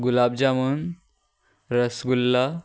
गुलाब jamun rasgulla